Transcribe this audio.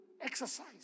exercise